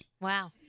Wow